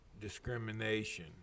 discrimination